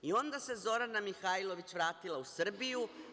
I onda se Zorana Mihajlović vratila u Srbiju.